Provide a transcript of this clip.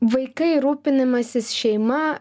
vaikai rūpinimasis šeima